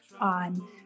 on